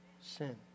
Sin